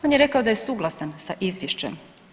On je rekao da je suglasan sa izvješćem.